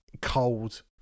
Cold